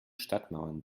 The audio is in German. stadtmauern